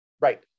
right